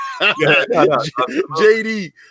jd